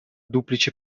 duplice